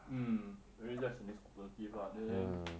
mm maybe just the next tentative lah then